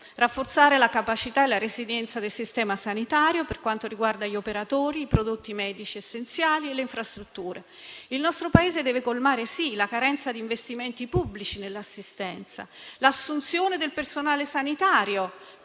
rafforzare la capacità e la resilienza del Sistema sanitario per quanto riguarda gli operatori, i prodotti medici essenziali e le infrastrutture. Il nostro Paese deve colmare, sì, la carenza di investimenti pubblici nell'assistenza; l'assunzione del personale sanitario,